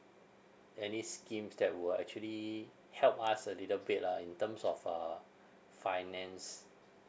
any schemes that will actually help us a little bit lah in terms of uh finance